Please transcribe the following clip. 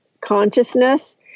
consciousness